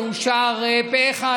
ואושר פה אחד,